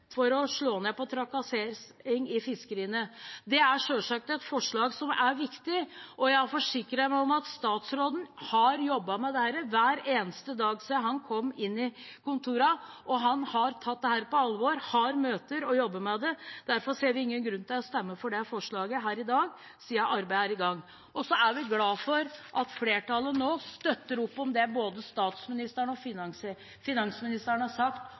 er viktig. Jeg har forsikret meg om at statsråden har jobbet med dette hver eneste dag siden han kom inn i kontorene, og han har tatt dette på alvor, har møter og jobber med det. Derfor ser vi ingen grunn til å stemme for det forslaget her i dag, siden arbeidet er i gang. Så er vi glad for at flertallet nå støtter opp om det både statsministeren og finansministeren har sagt